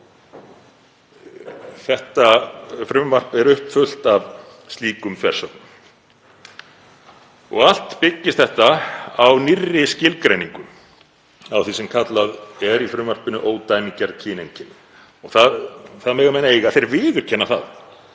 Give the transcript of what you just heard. Þetta frumvarp er uppfullt af slíkum þversögnum. Allt byggist þetta á nýrri skilgreiningu á því sem kallað er í frumvarpinu ódæmigerð kyneinkenni. Það mega menn eiga að þeir viðurkenna það